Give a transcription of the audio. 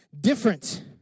different